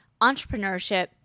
entrepreneurship